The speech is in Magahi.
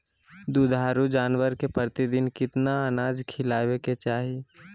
दुधारू जानवर के प्रतिदिन कितना अनाज खिलावे के चाही?